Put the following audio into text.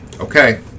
Okay